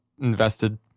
invested